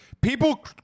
people